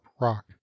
rock